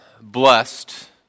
blessed